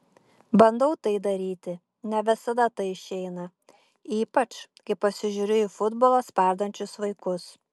bandau tai daryti ne visada tai išeina ypač kai pasižiūriu į futbolą spardančius vaikus